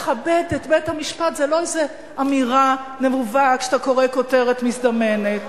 לכבד את בית-המשפט זה לא איזה אמירה נבובה כשאתה קורא כותרת מזדמנת.